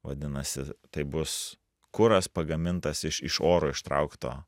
vadinasi tai bus kuras pagamintas iš iš oro ištraukto